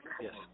Yes